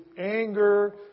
anger